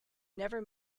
never